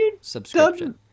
subscription